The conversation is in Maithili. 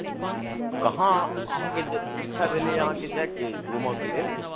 कहाँ अहाँकेँ इच्छा भेलै हँ जायके घूमऽ के लेल